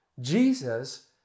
Jesus